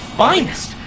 finest